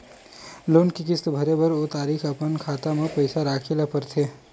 loan के किस्त भरे बर ओ तारीख के अपन खाता म पइसा राखे ल परथे